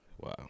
Wow